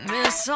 Miss